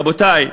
רבותי,